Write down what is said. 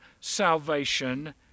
salvation